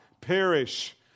perish